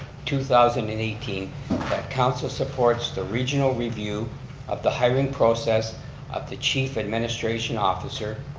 two thousand and eighteen that council supports the regional review of the hiring process of the chief administration officer,